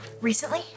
Recently